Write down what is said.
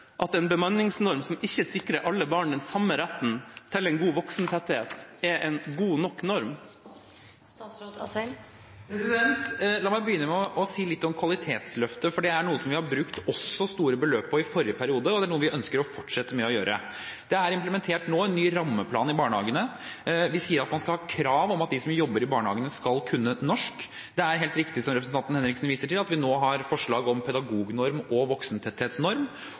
at en bemanningsnorm som ikke sikrer alle barn den samme retten til en god voksentetthet, er en god nok norm? La meg begynne med å si litt om kvalitetsløftet, for det er noe som vi også har brukt store beløp på i forrige periode, og det er noe vi ønsker å fortsette med å gjøre. Det er nå implementert en ny rammeplan i barnehagene, og vi sier at man skal ha krav om at de som jobber i barnehagene, skal kunne norsk. Det er helt riktig, som representanten Henriksen viser til, at vi nå har forslag om pedagognorm og voksentetthetsnorm,